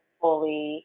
fully